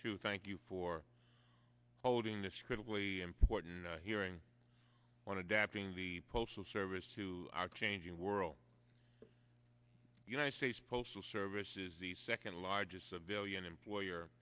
to thank you for holding this critically important hearing on adapting the postal service to our changing world the united states postal service is the second largest civilian employer